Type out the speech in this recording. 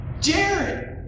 Jared